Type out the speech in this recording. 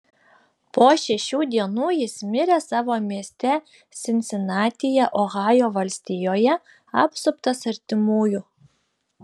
po šešių dienų jis mirė savo mieste sinsinatyje ohajo valstijoje apsuptas artimųjų